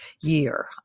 year